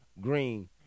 Green